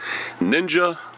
Ninja